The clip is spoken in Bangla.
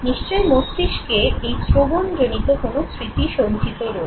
নিশ্চয়ই মস্তিষ্কে এই শ্রবণ জনিত কোন স্মৃতি সঞ্চিত রয়েছে